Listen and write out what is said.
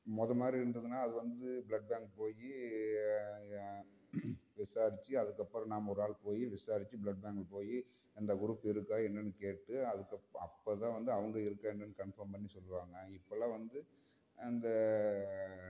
முத மாதிரி இருந்ததுனா அது வந்து ப்ளட் பேங்க் போய் விசாரிச்சு அதுக்கு அப்புறம் நம்ம ஒரு ஆள் போய் விசாரிச்சு ப்ளட் பேங்க் போய் அந்த குரூப் இருக்கா என்னென்னு கேட்டு அதுக்கு அப்புறம் அப்போ தான் வந்து அவங்க இருக்கா என்னென்னு கன்ஃபார்ம் பண்ணி சொல்லுவாங்க இப்போல்லாம் வந்து அந்த